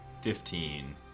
Fifteen